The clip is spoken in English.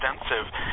extensive